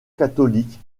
catholique